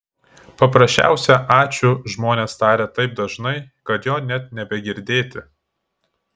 paprasčiausią ačiū žmonės taria taip dažnai kad jo net nebegirdėti